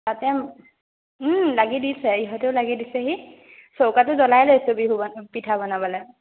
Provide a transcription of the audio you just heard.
তাতে লাগি দিছে ইহঁতেও লাগি দিছেহি চৌকাটো জ্বলাই লৈছোঁ বিহু পিঠা বনাবলৈ